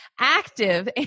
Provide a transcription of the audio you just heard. active